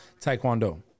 taekwondo